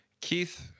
Keith